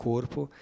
corpo